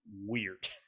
weird